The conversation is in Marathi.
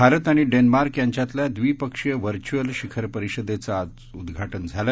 भारत आणि डेन्मार्क यांच्यातल्या द्विपक्षीय व्हर्चूअल शिखर परिषदेचं आज उद्घाटन झालं